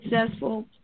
successful